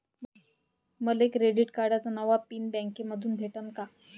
मले क्रेडिट कार्डाचा नवा पिन बँकेमंधून भेटन का?